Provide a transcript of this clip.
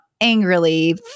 angrily